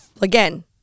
again